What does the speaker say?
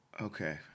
Okay